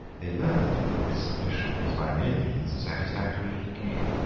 they learned that this submission was by no means satisfactory to the king.